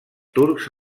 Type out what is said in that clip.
turcs